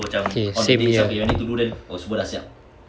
okay same ya